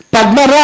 Padma